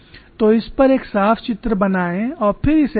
तो इस पर एक साफ चित्र बनाएं और फिर इसे लगाएं